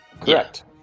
Correct